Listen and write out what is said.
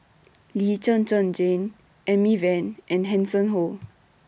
Lee Zhen Zhen Jane Amy Van and Hanson Ho